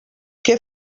què